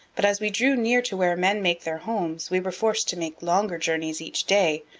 but as we drew near to where men make their homes we were forced to make longer journeys each day,